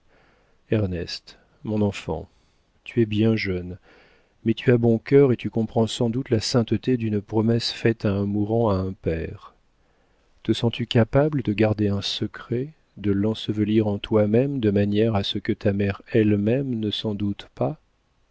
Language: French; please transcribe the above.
ernest mon enfant tu es bien jeune mais tu as bon cœur et tu comprends sans doute la sainteté d'une promesse faite à un mourant à un père te sens-tu capable de garder un secret de l'ensevelir en toi-même de manière que ta mère elle-même ne s'en doute pas